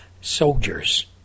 soldiers